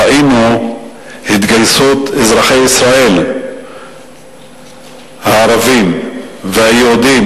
ראינו התגייסות של אזרחי ישראל הערבים והיהודים,